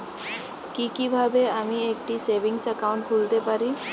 কি কিভাবে আমি একটি সেভিংস একাউন্ট খুলতে পারি?